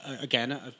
again